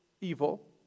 evil